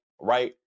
right